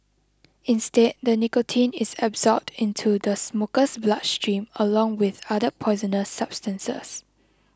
instead the nicotine is absorbed into the smoker's bloodstream along with other poisoner substances